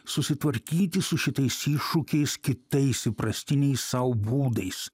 susitvarkyti su šitais iššūkiais kitais įprastiniais sau būdais